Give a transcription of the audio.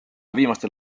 viimastel